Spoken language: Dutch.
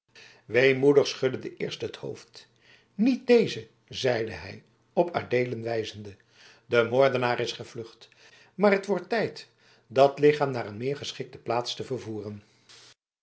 weemoedig schudde de eerste het hoofd niet deze zeide hij op adeelen wijzende de moordenaar is gevlucht maar het wordt tijd dat lichaam naar een meer geschikte plaats te vervoeren